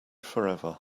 forever